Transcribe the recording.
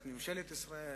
את ממשלת ישראל